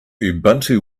ubuntu